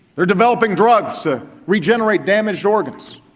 they're developing drugs to regenerate damaged organs,